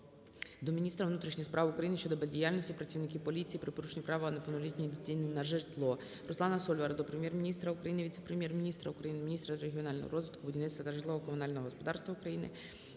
до міністра внутрішніх справ України щодо бездіяльності працівників поліції при порушенні права неповнолітньої дитини на житло. Руслана Сольвара до Прем'єр-міністра України, віце-прем'єр-міністра України - міністра регіонального розвитку, будівництва та житлово-комунального господарства України,